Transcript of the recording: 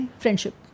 friendship